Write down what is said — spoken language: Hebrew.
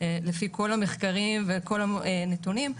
לפי כל המחקרים וכל הנתונים.